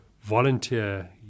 volunteer